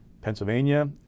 Pennsylvania